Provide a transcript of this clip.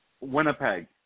Winnipeg